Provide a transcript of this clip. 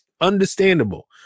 understandable